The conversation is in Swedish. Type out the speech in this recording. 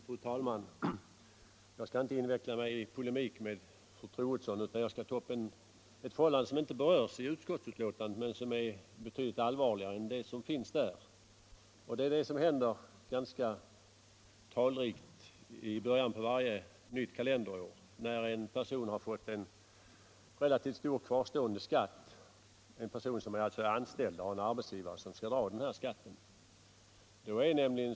Fru talman! Jag skall inte inveckla mig i polemik med fru Troedsson utan jag skall ta upp ett förhållande som inte berörs i utskottsutlåtandet men som är betydligt allvarligare än de som finns där. Detta förhållande gör sig påmint i början av varje kalenderår för de många människor som har fått en relativt stor kvarskatt och som har anställning hos en arbetsgivare som skall dra av denna skatt på lönen.